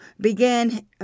began